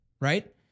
right